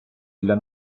для